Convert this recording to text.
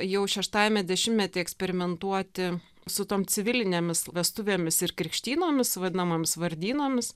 jau šeštajame dešimmetyje eksperimentuoti su tom civilinėmis vestuvėmis ir krikštynomis vadinamomis vardynomis